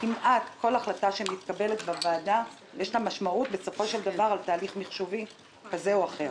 לכמעט כל החלטה שמתקבלת בוועדה יש משמעות על תהליך מחשובי כזה או אחר,